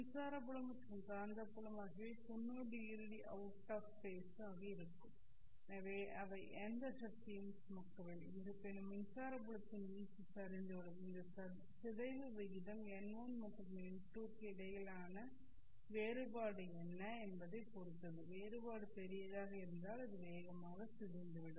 மின்சார புலம் மற்றும் காந்தப்புலம் ஆகியவை 900 அவுட் ஆஃ ஃபேஸ் ஆக இருக்கும் எனவே அவை எந்த சக்தியையும் சுமக்கவில்லை இருப்பினும் மின்சார புலத்தின் வீச்சு சரிந்துவிடும் இந்த சிதைவு விகிதம் n1 மற்றும் n2 க்கு இடையிலான வேறுபாடு என்ன என்பதைப் பொறுத்தது வேறுபாடு பெரியதாக இருந்தால் அது வேகமாக சிதைந்துவிடும்